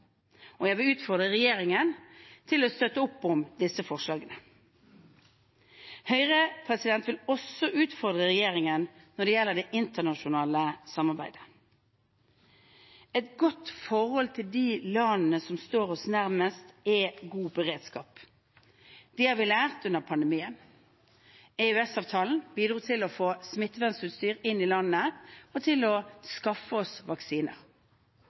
Jeg vil utfordre regjeringen til å støtte opp om disse forslagene. Høyre vil også utfordre regjeringen når det gjelder det internasjonale samarbeidet. Et godt forhold til de landene som står oss nærmest, er god beredskap. Det har vi lært under pandemien. EØS-avtalen bidro til å få smittevernutstyr inn i landet og til å skaffe oss vaksiner.